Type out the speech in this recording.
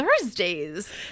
Thursdays